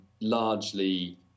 largely